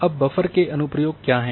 अब बफ़र के अनुप्रयोग क्या हैं